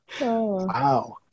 Wow